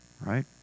right